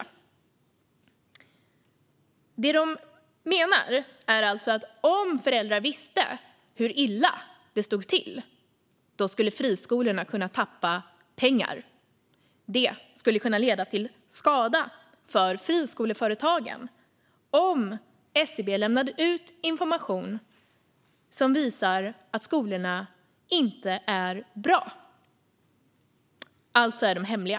Det man menar är att om föräldrar visste hur illa det står till skulle friskolorna kunna tappa pengar. Det skulle kunna leda till skada för friskoleföretagen om SCB lämnar ut information som visar att skolorna inte är bra. Alltså är uppgifterna hemliga.